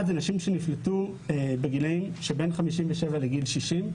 הוא לנשים שנפלטו בגילאים שבין 57 ל-60.